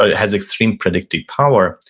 ah has extreme predictive power.